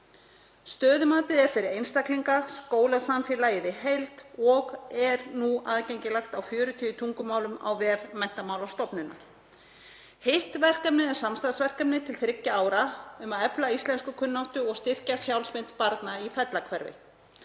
Stöðumatið er fyrir einstaklinga og skólasamfélagið í heild og er nú aðgengilegt á 40 tungumálum á vef Menntamálastofnunar. Hitt verkefnið er samstarfsverkefni til þriggja ára um að efla íslenskukunnáttu og styrkja sjálfsmynd barna í Fellahverfi.